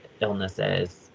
illnesses